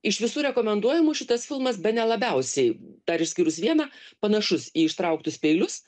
iš visų rekomenduojamų šitas filmas bene labiausiai dar išskyrus vieną panašus į ištrauktus peilius